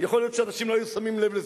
יכול להיות שאנשים לא היו שמים לב לזה,